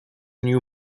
new